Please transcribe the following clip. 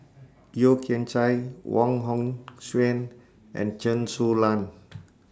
Yeo Kian Chye Wong Hong Suen and Chen Su Lan